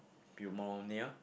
pneumonia